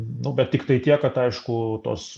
nu bet tiktai tiek kad aišku tos